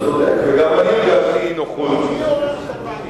תזכור מי עורר את הפניקה,